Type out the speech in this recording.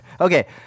Okay